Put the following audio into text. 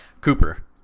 Cooper